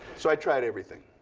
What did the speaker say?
so i tried everything.